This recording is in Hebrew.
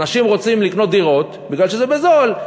אנשים רוצים לקנות דירות מפני שזה בזול,